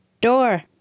Door